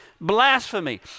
blasphemy